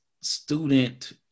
student